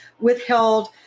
withheld